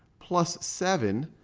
plus seven.